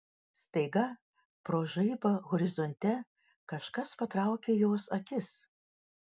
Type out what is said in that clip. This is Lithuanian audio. staiga pro žaibą horizonte kažkas patraukė jos akis